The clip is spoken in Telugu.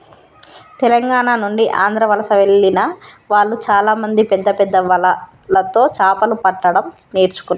తెలంగాణ నుండి ఆంధ్ర వలస వెళ్లిన వాళ్ళు చాలామంది పెద్దపెద్ద వలలతో చాపలు పట్టడం నేర్చుకున్నారు